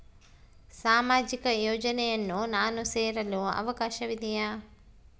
ಸಾಮಾಜಿಕ ಯೋಜನೆಯನ್ನು ನಾನು ಸೇರಲು ಅವಕಾಶವಿದೆಯಾ?